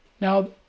Now